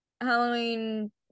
halloween